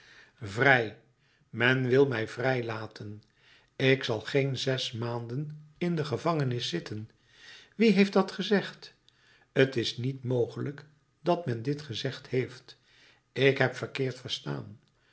vrij men wil mij vrij laten ik zal geen zes maanden in de gevangenis zitten wie heeft dat gezegd t is niet mogelijk dat men dit gezegd heeft ik heb verkeerd verstaan